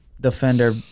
defender